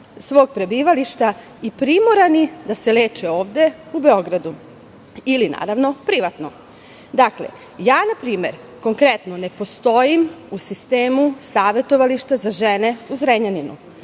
svog prebivališta i primorani da se leče ovde u Beogradu ili privatno. Dakle, ja, na primer, konkretno, ne postojim u sistemu savetovališta za žene u Zrenjaninu.